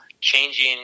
changing